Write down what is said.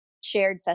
shared